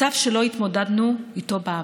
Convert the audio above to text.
מצב שלא התמודדנו איתו בעבר.